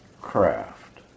craft